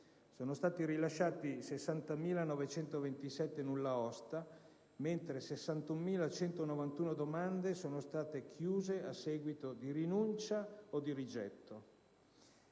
sono stati rilasciati 60.927 nulla osta, mentre 61.191 domande sono state chiuse a seguito di rinuncia o rigetto.